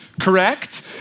correct